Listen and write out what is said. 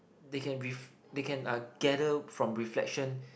they can ref~ they can uh gather from reflection